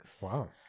Wow